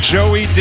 Joey